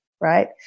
right